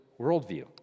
worldview